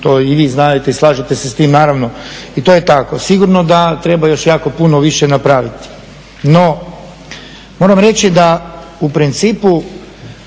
To i vi znadete i slažete se s tim naravno i to je tako. Sigurno da treba još jako puno više napraviti. No, moram reći da u principu